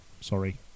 sorry